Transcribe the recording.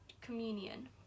communion